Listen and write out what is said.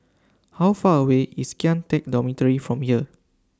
How Far away IS Kian Teck Dormitory from here